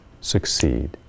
succeed